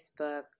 Facebook